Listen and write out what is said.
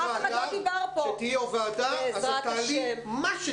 כשתהיי יו"ר ועדה, תעלי מה שתרצי.